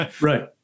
right